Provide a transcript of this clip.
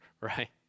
right